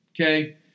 Okay